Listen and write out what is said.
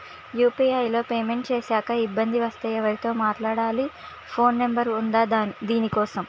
UPI లో payment చేశాక ఇబ్బంది వస్తే ఎవరితో మాట్లాడాలి? ఫోన్ నంబర్ ఉందా దీనికోసం?